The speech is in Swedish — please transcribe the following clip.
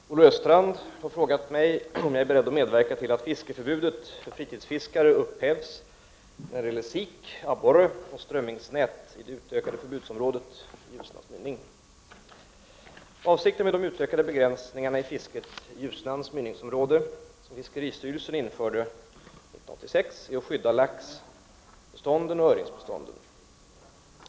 Fru talman! Olle Östrand har frågat mig om jag är beredd att medverka till att fiskeförbudet för fritidsfiskare upphävs när det gäller sik-, abborroch strömmingsnät i det utökade förbudsområdet i Ljusnans mynning. Avsikten med de utökade begränsningar i fisket i Ljusnans mynningsområde som fiskeristyrelsen införde år 1986 är att skydda laxoch öringsbestånden.